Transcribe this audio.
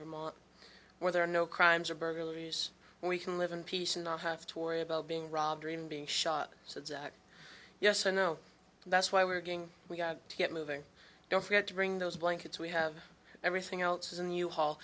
vermont where there are no crimes or burglaries where we can live in peace and not have to worry about being robbed or even being shot so exact yes or no that's why we're going we've got to get moving don't forget to bring those blankets we have everything else is a new hall